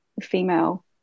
female